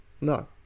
No